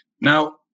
Now